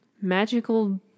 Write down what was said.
magical